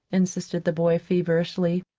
insisted the boy feverishly.